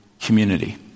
community